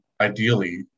ideally